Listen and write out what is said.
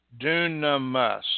dunamus